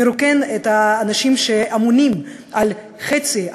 מרוקן את האנשים שאמונים על חצי,